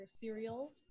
Cereal